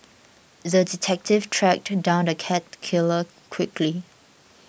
the detective tracked down the cat killer quickly